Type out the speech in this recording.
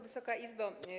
Wysoka Izbo!